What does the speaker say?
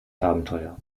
abenteuer